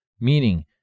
meaning